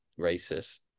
racist